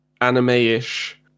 anime-ish